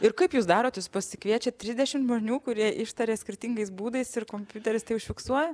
ir kaip jūs darot jūs pasikviečiat trisdešimt žmonių kurie ištaria skirtingais būdais ir kompiuteris tai užfiksuoja